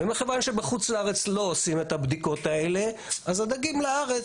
מכיוון שבחוץ לארץ לא עושים את הבדיקות האלה אז הדגים לארץ